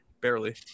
barely